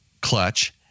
clutch